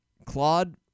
Claude